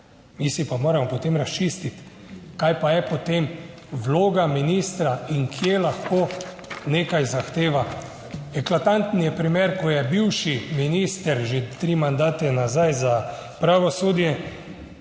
mi si pa moramo potem razčistiti, kaj pa je potem vloga ministra in kje lahko nekaj zahteva. Eklatanten je primer, ko je bivši minister že tri mandate nazaj za pravosodje